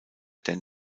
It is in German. dan